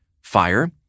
Fire